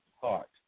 heart